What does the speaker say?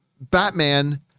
Batman